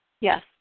Yes